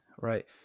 right